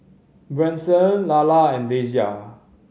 Branson Lalla and Dasia